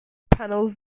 panels